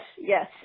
yes